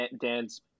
Dan's